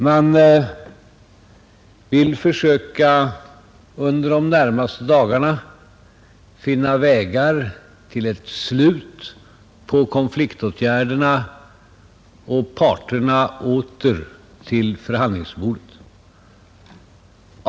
Man vill under de närmaste dagarna försöka finna vägar till ett slut på konfliktåtgärderna och få parterna åter till förhandlingsbordet.